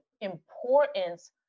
importance